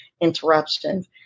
interruptions